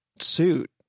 suit